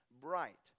bright